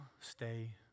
stay